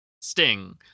sting